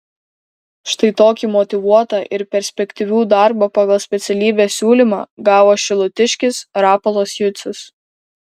štai tokį motyvuotą ir perspektyvių darbo pagal specialybę siūlymą gavo šilutiškis rapolas jucius